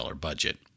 budget